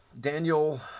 Daniel